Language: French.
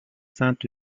saint